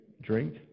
drink